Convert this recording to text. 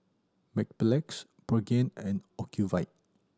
Mepilex Pregain and Ocuvite